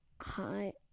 Hi